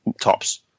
tops